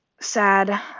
sad